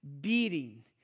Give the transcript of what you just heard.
beating